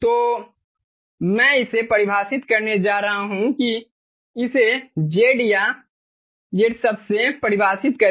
तो मैं इसे परिभाषित करने जा रहा हूं कि इसे Z या z शब्द से परिभाषित करें